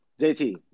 JT